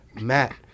Matt